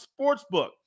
sportsbook